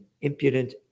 impudent